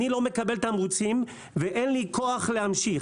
אני לא מקבל תמריצים ואין לי כוח להמשיך.